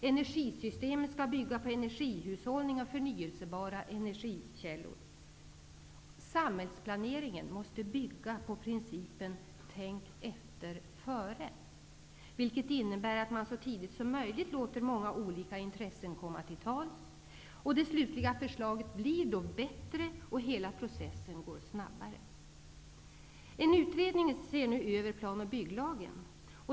Energisystemen skall bygga på energihushållning och förnyelsebara energikällor. Samhällsplaneringen måste bygga på principen ''tänk efter före'', vilket innebär att man så tidigt som möjligt låter många olika intressen komma till tals. Det slutliga förslaget blir då bättre, och hela processen går snabbare. En utredning ser nu över plan och bygglagen.